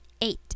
Eight